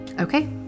Okay